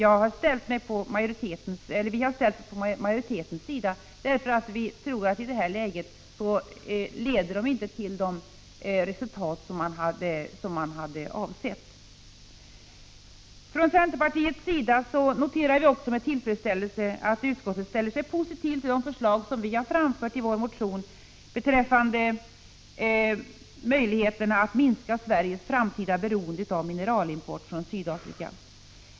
Vi har i centerpartiet ställt oss på majoritetens sida, därför att vi tror att de moderata förslagen i detta läge inte leder till de resultat som avses. Från centerpartiets sida noterar vi också med tillfredsställelse att utskottet ställer sig positivt till de förslag som vi har framfört i vår motion beträffande möjligheterna att minska Sveriges framtida beroende av mineralimport från Sydafrika.